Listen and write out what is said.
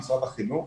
משרד החינוך.